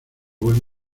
buen